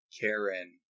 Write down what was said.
Karen